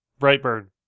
Brightburn